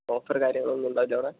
offer കാര്യങ്ങളൊന്നും ഉണ്ടാവില്ലേ അവിടെ